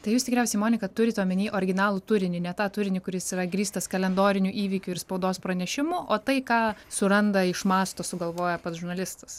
tai jūs tikriausiai monika turit omeny originalų turinį ne tą turinį kuris yra grįstas kalendoriniu įvykiu ir spaudos pranešimu o tai ką suranda išmąsto sugalvoja pats žurnalistas